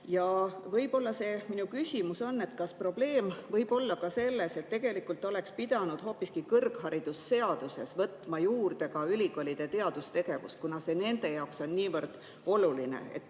jaoks. Ja minu küsimus on, kas probleem võib olla ka selles, et tegelikult oleks pidanud hoopiski kõrgharidusseaduses võtma juurde ka ülikoolide teadustegevuse, kuna see nende jaoks on niivõrd oluline.